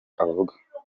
avuga